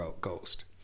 Ghost